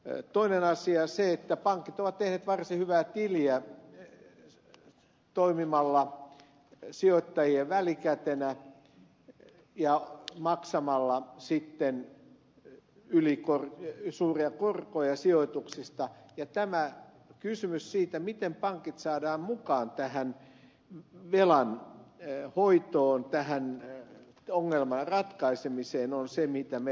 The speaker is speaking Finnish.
toinen asia on se että pankit ovat tehneet varsin hyvää tiliä toimimalla sijoittajien välikätenä ja maksamalla sitten ylisuuria korkoja sijoituksista ja tämä kysymys siitä miten pankit saadaan mukaan tähän velanhoitoon tähän ongelman ratkaisemiseen on selvitämme